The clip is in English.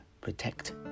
protect